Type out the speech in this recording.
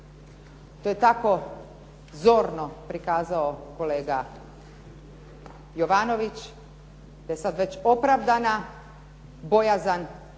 to je tako zorno prikazao kolega Jovanović da je sada već opravdana bojazan